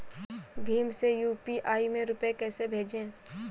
भीम से यू.पी.आई में रूपए कैसे भेजें?